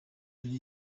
mbere